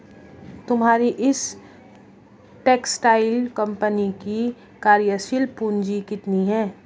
तुम्हारी इस textile company की कार्यशील पूंजी कितनी है?